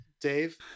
Dave